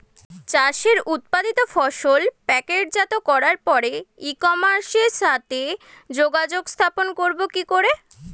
চাষের উৎপাদিত ফসল প্যাকেটজাত করার পরে ই কমার্সের সাথে যোগাযোগ স্থাপন করব কি করে?